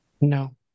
No